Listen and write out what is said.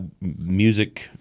music